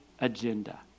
agenda